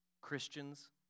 Christians